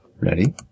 Ready